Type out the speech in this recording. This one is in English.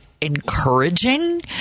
encouraging